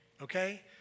okay